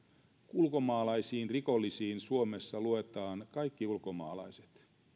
ulkomaalaisiin rikollisiin suomessa luetaan kaikki ulkomaalaiset